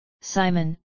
Simon